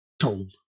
told